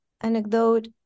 anecdote